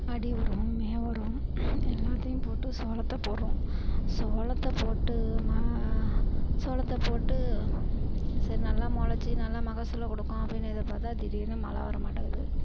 அடி உரம் மேல் உரம் எல்லாத்தையும் போட்டு சோளத்தை போடுறோம் சோளத்தை போட்டு மா சோளத்தை போட்டு சரி நல்லா முளச்சி நல்லா மகசூலை கொடுக்கும் அப்படினு எதிர்பாத்தால் திடீர்னு மழை வர மாட்டேங்கிது